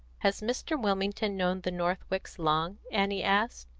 has mr. wilmington known the northwicks long? annie asked.